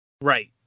Right